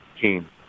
team